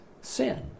sin